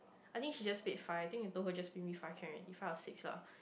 I think she just paid five I think you told her just give five can already five or six lah